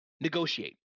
Negotiate